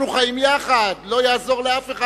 אנחנו חיים יחד, לא יעזור לאף אחד.